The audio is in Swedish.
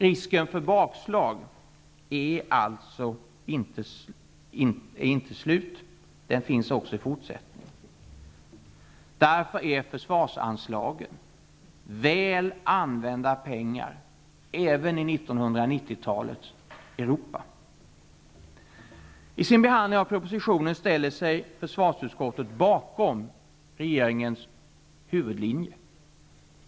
Risken för bakslag finns också i fortsättningen. Därför är försvarsanslagen väl använda pengar även i 1990 talets Europa. I sin behandling av propositionen ställer sig försvarsutskottet bakom regeringens huvudlinje.